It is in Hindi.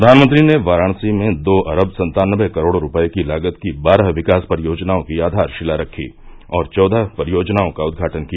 प्रधानमंत्री ने वाराणसी में दो अरब सन्तानबे करोड़ रुपये की लागत की बारह विकास परियोजनाओं की आधारशिला रखी और चौदह परियोजनाओं का उद्घाटन किया